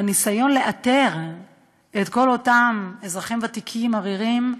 בניסיון לאתר את כל אותם אזרחים ותיקים עריריים,